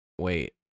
wait